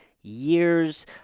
years